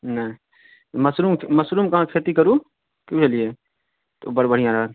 नहि मशरूम मशरूमके अहाँ खेती करू की बुझलियै तऽ ओ बड़ बढ़िआँ रहत